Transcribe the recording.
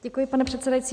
Děkuji, pane předsedající.